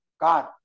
God